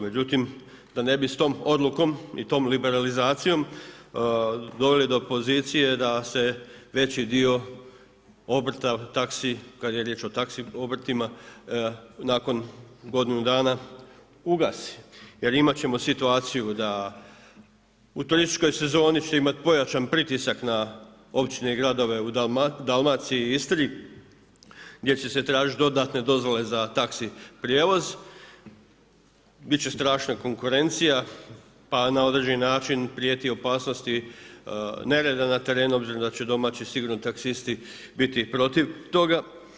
Međutim, da ne bi s tom odlukom i tom liberalizacijom doveli do pozicije da se veći dio obrta kada je riječ o taxi obrtima nakon godinu dana ugasi jer imat ćemo situaciju da u turističkoj sezoni ćete imati pojačan pritisak na općine i gradove u Dalmaciji i Istri gdje će se tražiti dodatne dozvole za taxi prijevoz i bit će strašna konkurencija pa na određeni način prijeti opasnost nereda na terenu obzirom da će domaći sigurno taksisti biti protiv toga.